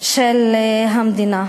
של המדינה.